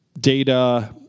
data